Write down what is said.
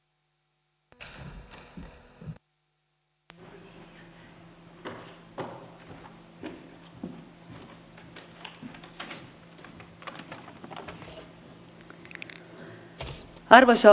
arvoisa puhemies